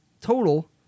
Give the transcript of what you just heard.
total